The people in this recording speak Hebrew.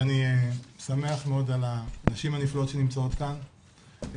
ואני שמח מאוד על הנשים הנפלאות שנמצאות כאן,